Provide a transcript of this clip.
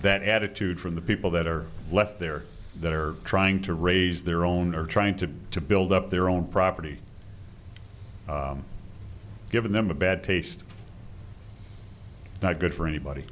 that attitude from the people that are left there that are trying to raise their own or trying to to build up their own property given them a bad taste not good for anybody